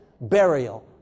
burial